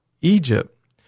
Egypt